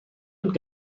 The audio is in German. und